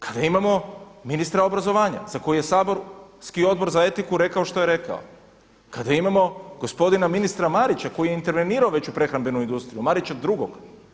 Kada imamo ministra obrazovanja za koji je saborski Odbor za etiku rekao što je rekao, kada imamo gospodina ministra Marića koji je intervenirao već u prehrambenu industriju Marića drugog.